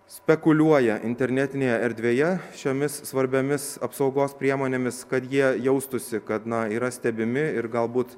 spekuliuoja internetinėje erdvėje šiomis svarbiomis apsaugos priemonėmis kad jie jaustųsi kad na yra stebimi ir galbūt